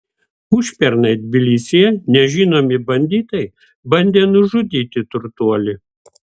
užpernai tbilisyje nežinomi banditai bandė nužudyti turtuolį